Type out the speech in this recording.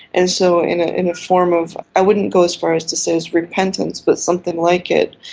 and so in ah in a form of, i wouldn't go as far as to say its repentance, but something like it,